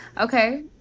Okay